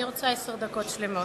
אני רוצה עשר דקות שלמות,